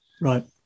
Right